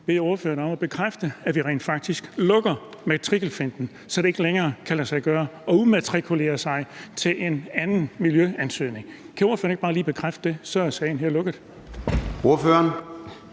bede ordføreren om at bekræfte, at vi rent faktisk lukker matrikelfinten, så det ikke længere kan lade sig gøre at udmatrikulere og indsende en anden miljøansøgning. Kan ordføreren ikke bare lige bekræfte det? Så er sagen her lukket. Kl.